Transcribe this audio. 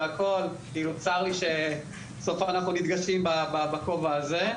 צר לי שאנחנו נפגשים בכובע הזה.